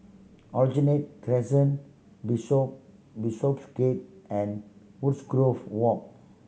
Aljunied Crescent Bishop Bishopsgate and Wood's grove Walk